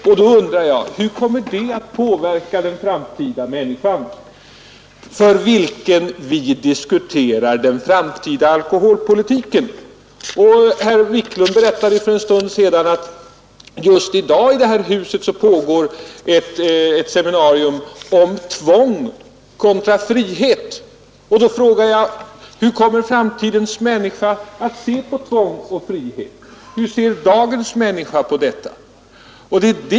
Och då undrade jag hur det kommer att påverka den framtida människan, för vilken vi diskuterar den framtida alkoholpolitiken. Herr Wiklund i Stockholm berättade för en stund sedan att det just i dag i detta hus pågår ett seminarium om tvång kontra frihet. Då frågar jag: Hur kommer framtidens mer informerade människa att se på tvång och frihet? Och hur ser dagens människa på de begreppen?